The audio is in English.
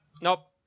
Nope